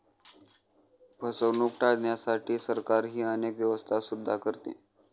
फसवणूक टाळण्यासाठी सरकारही अनेक व्यवस्था सुद्धा करते